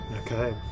Okay